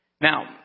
Now